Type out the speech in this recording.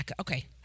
Okay